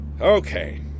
Okay